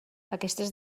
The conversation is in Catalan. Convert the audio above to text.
aquestes